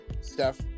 Steph